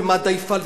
ומד"א יפעל,